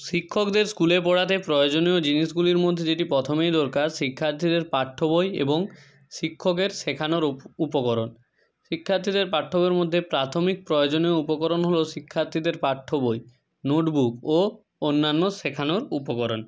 শিক্ষকদের স্কুলে পড়াতে প্রয়োজনীয় জিনিসগুলির মধ্যে যদি প্রথমেই দরকার শিক্ষার্থীদের পাঠ্য বই এবং শিক্ষকের শেখানোর উপকরণ শিক্ষার্থীদের পাঠ্য বইয়ের মধ্যে প্রাথমিক প্রয়োজনীয় উপকরণ হলো শিক্ষার্থীদের পাঠ্য বই নোট বুক ও অন্যান্য শেখানোর উপকরণ